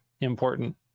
important